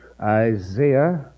Isaiah